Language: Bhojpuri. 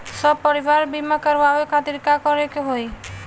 सपरिवार बीमा करवावे खातिर का करे के होई?